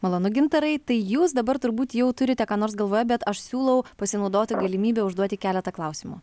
malonu gintarai tai jūs dabar turbūt jau turite ką nors galvoje bet aš siūlau pasinaudoti galimybe užduoti keletą klausimų